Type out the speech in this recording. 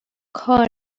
کار